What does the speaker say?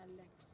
Alex